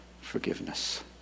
forgiveness